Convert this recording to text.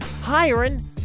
hiring